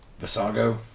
Visago